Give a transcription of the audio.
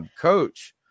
Coach